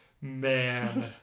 Man